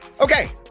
Okay